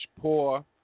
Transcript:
poor